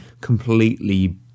completely